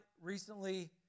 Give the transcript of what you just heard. recently